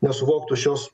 nesuvoktų šios